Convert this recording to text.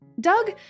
Doug